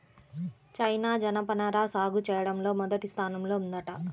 China జనపనార సాగు చెయ్యడంలో మొదటి స్థానంలో ఉందంట